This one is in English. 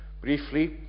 briefly